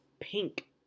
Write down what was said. pink